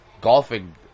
Golfing